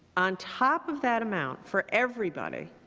on top of that amount, for everybody,